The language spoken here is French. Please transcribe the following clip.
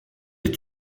est